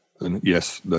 Yes